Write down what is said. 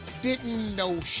didn't know